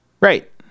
Right